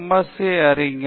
எஸ்ச அறிஞர்